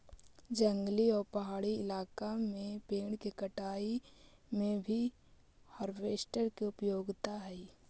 जंगली आउ पहाड़ी इलाका में पेड़ के कटाई में भी हार्वेस्टर के उपयोगिता हई